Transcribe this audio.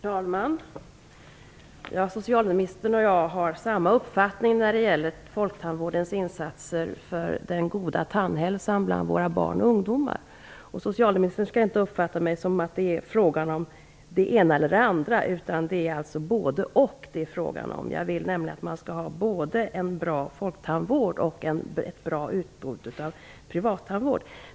Herr talman! Socialministern och jag har samma uppfattning när det gäller Folktandvårdens insatser för en god tandhälsa hos våra barn och ungdomar. Socialministern skall inte uppfatta mig så, att det skulle vara fråga om det ena eller det andra. Det är alltså både och som det är fråga om. Jag vill nämligen ha både en bra folktandvård och ett bra utbud av privattandvård.